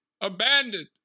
Abandoned